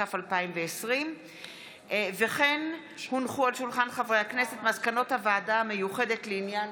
התש"ף 2020. מסקנות הוועדה המיוחדת לעניין